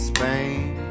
Spain